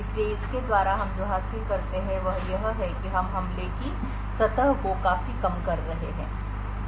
इसलिए इसके द्वारा हम जो हासिल करते हैं वह यह है कि हम हमले की सतह को काफी कम कर रहे हैं